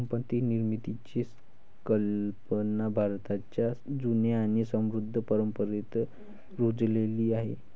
संपत्ती निर्मितीची कल्पना भारताच्या जुन्या आणि समृद्ध परंपरेत रुजलेली आहे